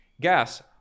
gas